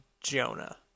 Jonah